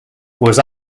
was